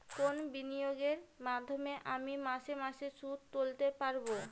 কোন বিনিয়োগের মাধ্যমে আমি মাসে মাসে সুদ তুলতে পারবো?